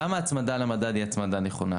למה ההצמדה למדד היא הצמדה נכונה?